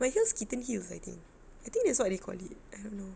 my heels kitten heels I think I think that's what they call it I don't know